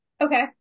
Okay